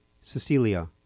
Cecilia